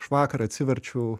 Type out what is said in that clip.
aš vakar atsiverčiau